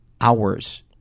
Hours